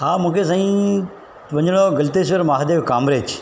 हा मूंखे साईं वञिणो आहे गलतेश्वर महादेव कामरेज